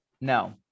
No